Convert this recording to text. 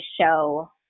show